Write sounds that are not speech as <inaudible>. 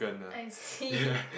I see <breath>